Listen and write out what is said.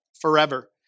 forever